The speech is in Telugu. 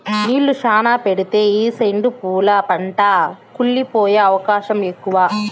నీళ్ళు శ్యానా పెడితే ఈ సెండు పూల పంట కుళ్లి పోయే అవకాశం ఎక్కువ